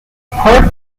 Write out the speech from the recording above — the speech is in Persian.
پارک